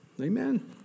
Amen